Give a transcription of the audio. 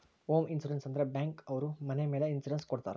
home insurance ಅಂದ್ರೆ bank ಅವ್ರು ಮನೆ ಮೇಲೆ ಇನ್ಸೂರೆನ್ಸ್ ಕೊಡ್ತಾರ